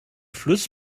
fluss